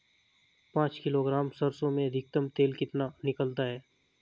पाँच किलोग्राम सरसों में अधिकतम कितना तेल निकलता है?